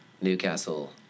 Newcastle